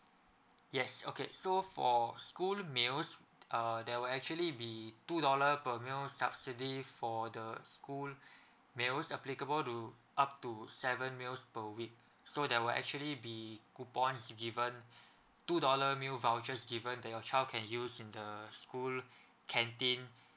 yes okay so for school meals uh there will actually be two dollar per meal subsidy for the school meals applicable to up to seven meals per week so there were actually be coupons given two dollar meal vouchers given that your child can use in the school canteen